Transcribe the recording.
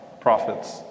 prophets